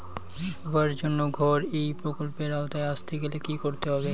সবার জন্য ঘর এই প্রকল্পের আওতায় আসতে গেলে কি করতে হবে?